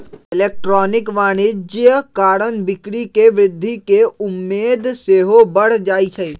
electronic वाणिज्य कारण बिक्री में वृद्धि केँ उम्मेद सेहो बढ़ जाइ छइ